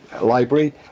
Library